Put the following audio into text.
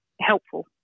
helpful